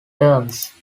terms